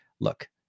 look